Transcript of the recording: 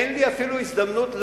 אין לי אפילו הזדמנות,